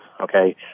okay